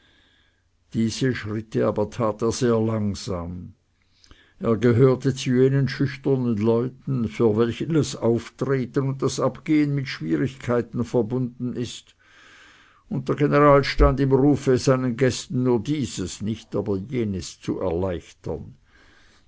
diese schritte aber tat er sehr langsam er gehörte zu jenen schüchternen leuten für welche das auftreten und das abgehen mit schwierigkeiten verbunden ist und der general stand im rufe seinen gästen nur dieses nicht aber jenes zu erleichtern